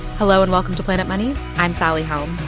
hello, and welcome to planet money. i'm sally helm.